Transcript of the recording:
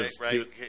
Right